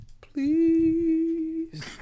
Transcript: Please